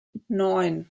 neun